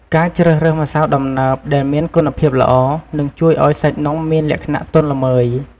ការជ្រើសរើសម្សៅដំណើបដែលមានគុណភាពល្អ នឹងជួយឲ្យសាច់នំមានលក្ខណៈទន់ល្មើយ ។